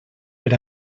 per